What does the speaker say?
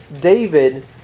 David